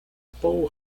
paul